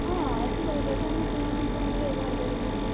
ହଁ ଏଠି ରହିଲେ ତ ଆମେ ସୁଇମିଙ୍ଗ୍ ପୁଲ୍ ବି ବ୍ୟବହାର କରିବୁ